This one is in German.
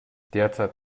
derzeit